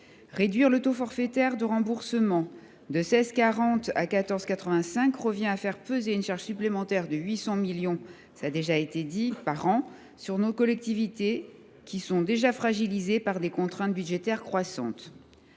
Réduire le taux forfaitaire de remboursement de 16,40 % à 14,85 % revient à faire peser une charge supplémentaire de 800 millions d’euros par an sur nos collectivités, qui sont déjà fragilisées par des contraintes budgétaires croissantes.